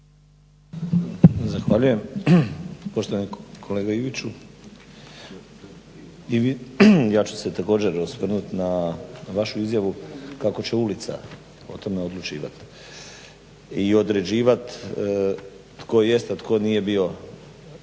Zahvaljujem. Poštovani kolega Iviću, ja ću se također osvrnut na vašu izjavu kako će ulica o tome odlučivati i određivat tko jest a tko nije bio lažni